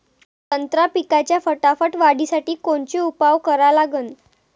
संत्रा पिकाच्या फटाफट वाढीसाठी कोनचे उपाव करा लागन?